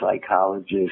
psychologist